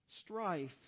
strife